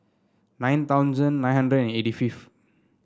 nine thousand nine hundred and eighty fifth